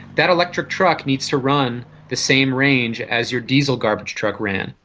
that electric truck needs to run the same range as your diesel garbage truck ran.